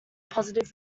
positive